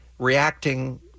Reacting